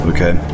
Okay